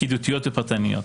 פקידותיות ופרטניות.